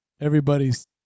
everybody's –